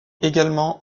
également